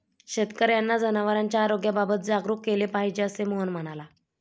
शेतकर्यांना जनावरांच्या आरोग्याबाबत जागरूक केले पाहिजे, असे मोहन म्हणाला